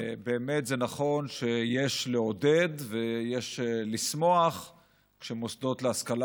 באמת זה נכון שיש לעודד ויש לשמוח שמוסדות להשכלה